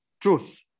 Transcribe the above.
truth